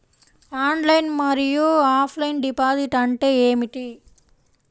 Online మరియు offline deposit అంటే ఏమిటి?